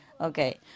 Okay